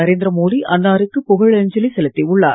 நரேந்திரமோடி அன்னாருக்கு புகழஞ்சலி செலுத்தி உள்ளார்